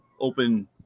open